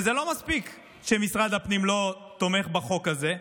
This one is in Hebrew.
וזה לא מספיק שמשרד הפנים לא תומך בחוק הזה,